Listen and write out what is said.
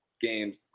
games